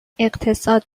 اقتصاد